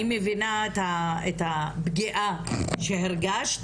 אני מבינה את הפגיעה שהרגשת,